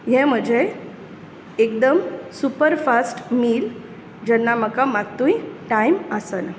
हें म्हजें एकदम सुपरफास्ट मील जेन्ना म्हाका मातूय टायम आसना